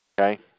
okay